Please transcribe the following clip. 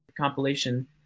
compilation